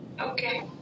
Okay